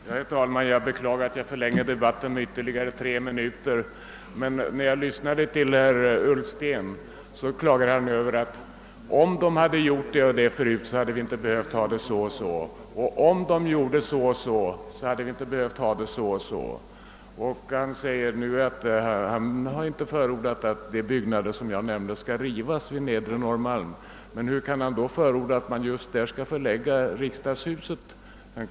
Herr talman! Jag beklagar att jag nu förlänger debatten ytterligare någon minut. Herr Ullsten sade att om det och det hade gjorts förut, så hade vi inte behövt ha det så och så nu. Han hade inte förordat att de byggnader jag nämnde på Nedre Norrmalm skall rivas, sade han. Men hur kan herr Ullsten då förorda att man förlägger riksdagshuset just dit?